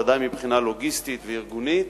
בוודאי מבחינה לוגיסטית וארגונית: